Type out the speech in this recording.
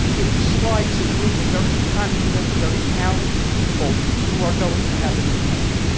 it describes a group of very confident very talented people who are going to have an impact,